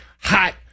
Hot